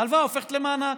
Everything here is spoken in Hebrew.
ההלוואה הופכת למענק.